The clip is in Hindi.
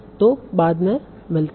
तो बाद में मिलते हैं